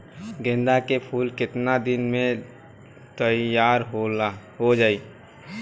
गेंदा के फूल केतना दिन में तइयार हो जाला?